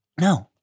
No